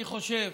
אני חושב